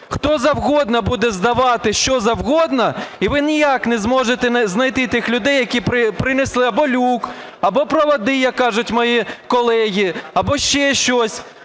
Хто завгодно буде здавати що завгодно – і ви ніяк не зможете знайти тих людей, які принесли або люк, або проводи, як кажуть мої колеги, або ще щось,